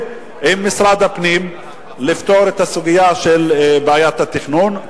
עם משרד הפנים לפתור את הסוגיה של בעיית התכנון,